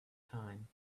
time